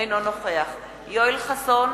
אינו נוכח יואל חסון,